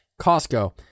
costco